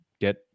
get